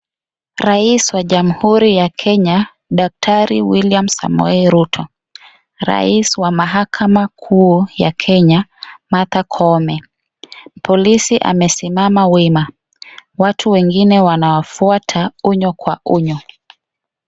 Rais wa jamuhuri ya Kenya, daktari, William Samoei, Ruto, rais wa mahakama kuu, ya Kenya, Martha Koome, polisi amesimama wima, watu wengine wanawafuata unyo kwa unyo.